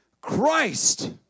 christ